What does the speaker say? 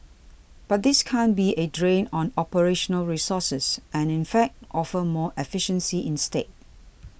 but this can't be a drain on operational resources and in fact offer more efficiency instead